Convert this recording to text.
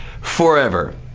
forever